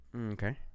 okay